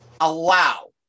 allow